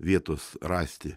vietos rasti